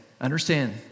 Understand